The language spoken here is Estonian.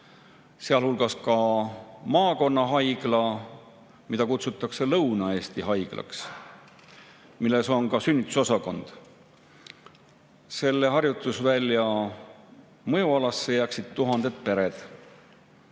samuti maakonnahaigla, mida kutsutakse Lõuna-Eesti Haiglaks, kus on ka sünnitusosakond. Selle harjutusvälja mõjualasse jääksid tuhanded pered,